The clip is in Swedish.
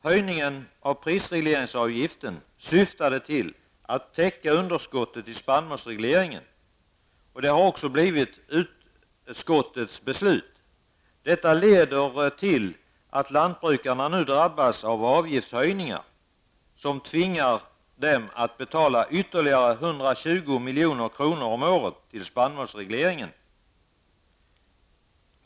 Höjningen av prisregleringsavgiften syftade till att täcka underskottet i spannmålsregleringen. Det har också blivit utskottets förslag. Detta leder till att lantbrukarna nu drabbas av avgiftshöjningar som tvingar dem att betala ytterligare 120 milj.kr. om året till spannmålsregleringen.